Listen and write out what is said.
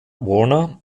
warner